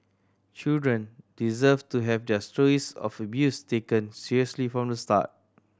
children deserve to have their stories of abuse taken seriously from the start